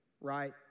right